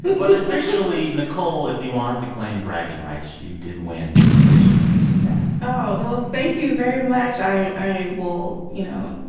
but officially, nichole, if you wanted to claim bragging rights, you did win this edition of who said that oh, well, thank you very much. i i will, you know,